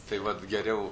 tai vat geriau